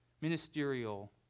ministerial